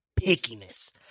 pickiness